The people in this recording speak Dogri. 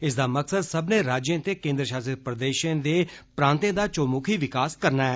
इसदा मकसद सब्बने राज्यें ते केन्द्र शासित प्रदेशें दे प्रांतें च चौमुखी विकास करना ऐ